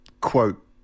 quote